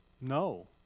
No